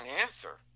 answer